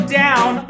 down